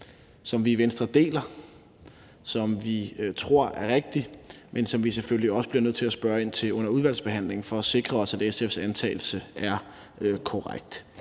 som vi i Venstre deler, og som vi tror er rigtig, men som vi selvfølgelig også bliver nødt til at spørge ind til under udvalgsbehandlingen for at sikre os, at SF's antagelse er korrekt.